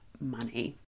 money